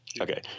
Okay